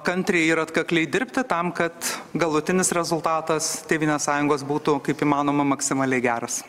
kantriai ir atkakliai dirbti tam kad galutinis rezultatas tėvynės sąjungos būtų kaip įmanoma maksimaliai geras